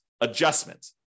adjustment